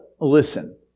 listen